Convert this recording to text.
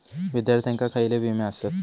विद्यार्थ्यांका खयले विमे आसत?